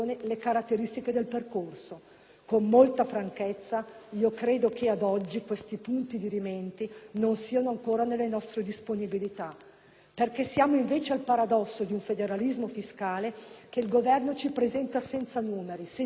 Con molta franchezza, io credo che, ad oggi, questi punti dirimenti non siano ancora nelle nostre disponibilità. Siamo infatti al paradosso di un federalismo fiscale che il Governo ci presenta senza numeri, senza cifre, senza conti.